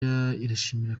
irashimira